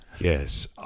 Yes